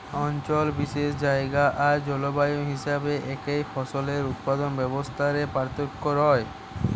অঞ্চল বিশেষে জায়গা আর জলবায়ু হিসাবে একই ফসলের উৎপাদন ব্যবস্থা রে পার্থক্য রয়